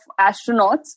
astronauts